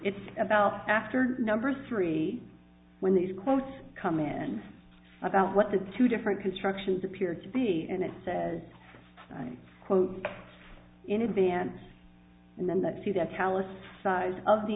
it's about after number three when these quotes come in about what the two different constructions appear to be and it says quote in advance and then that see that callous size of the